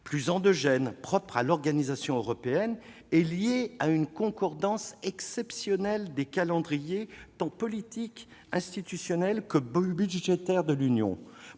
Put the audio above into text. plus endogène, propre à l'organisation européenne et liée à une concordance exceptionnelle des calendriers tant politiques et institutionnels que budgétaires de l'Union.